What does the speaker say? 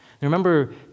Remember